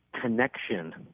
Connection